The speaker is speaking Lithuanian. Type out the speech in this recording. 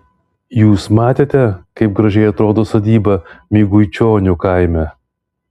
jūs matėte kaip gražiai atrodo sodyba miguičionių kaime